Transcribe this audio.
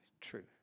True